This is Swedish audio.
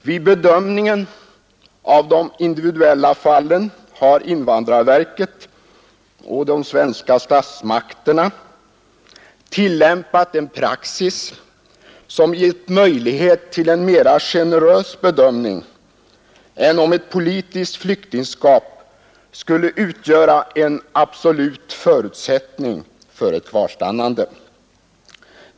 Vid bedömningen av de individuella fallen har invandrarverket och de svenska statsmakterna tillämpat en praxis, som gett möjlighet till en mera generös bedömning än om ett politiskt flyktingskap skulle utgöra en absolut förutsättning för ett kvarstannande.